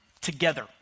together